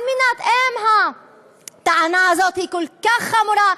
אם הטענה הזאת כל כך חמורה,